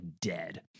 dead